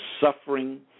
suffering